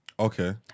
Okay